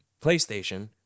playstation